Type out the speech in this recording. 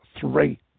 three